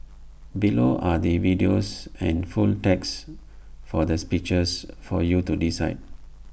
below are the videos and full text for the speeches for you to decide